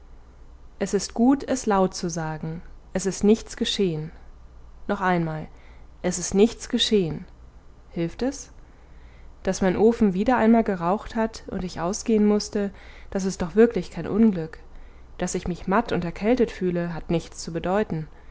es ist gut es laut zu sagen es ist nichts geschehen noch einmal es ist nichts geschehen hilft es daß mein ofen wieder einmal geraucht hat und ich ausgehen mußte das ist doch wirklich kein unglück daß ich mich matt und erkältet fühle hat nichts zu bedeuten